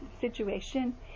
situation